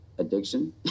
addiction